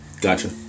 gotcha